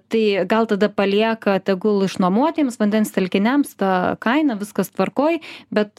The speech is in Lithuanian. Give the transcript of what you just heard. tai gal tada palieka tegul išnuomuotiems vandens telkiniams tą kainą viskas tvarkoj bet